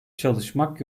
çalışmak